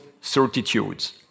certitudes